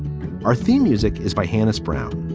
our theme music is by janice brown.